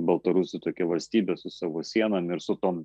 baltarusių tokia valstybė su savo sienom ir su tom